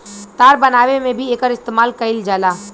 तार बनावे में भी एकर इस्तमाल कईल जाला